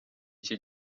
iki